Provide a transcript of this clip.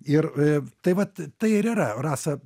ir a tai vat tai ir yra rasa